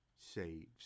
saves